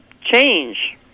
change